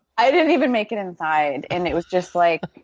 i didn't even make it inside. and it was just like,